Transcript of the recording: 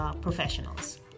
professionals